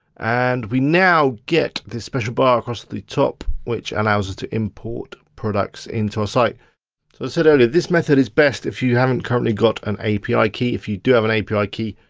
and we now get the special bar across the top, which allows us to import products into our site i said earlier, this method is best if you haven't currently got an api key, if you do have an api key,